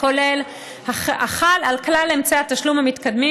וכולל החל על כלל אמצעי התשלום המתקדמים